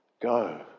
Go